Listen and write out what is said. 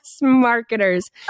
marketers